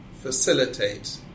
facilitate